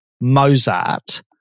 Mozart